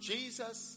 Jesus